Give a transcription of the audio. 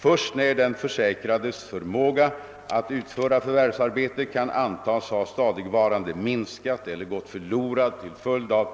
Först när den försäkrades förmåga att utföra förvärvsarbete kan antas ha stadigvarande minskat eller gått förlorad till följd av